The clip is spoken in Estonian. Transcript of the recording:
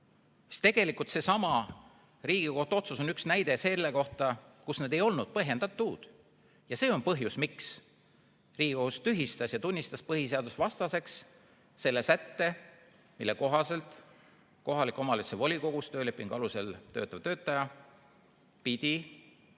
põhjendatud. Seesama Riigikohtu otsus on üks näide selle kohta, kus need ei olnud põhjendatud. See on põhjus, miks Riigikohus tühistas ja tunnistas põhiseadusvastaseks selle sätte, mille kohaselt kohaliku omavalitsuse volikogus töölepingu alusel töötav töötaja pidi loobuma